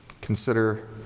Consider